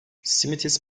simitis